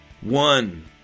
one